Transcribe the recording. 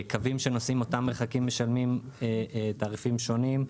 קווים שנוסעים אותם מרחקים משלמים תעריפים שונים,